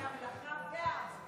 יהיה המלאכה והעבודה.